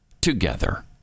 together